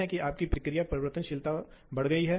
इसलिए वहां इसलिए इसे एक तीव्र गति दर कहा जाता है